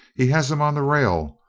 has him on the rail.